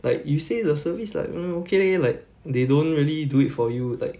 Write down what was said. like you say the service like um okay leh like they don't really do it for you like